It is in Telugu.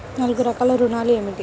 నాలుగు రకాల ఋణాలు ఏమిటీ?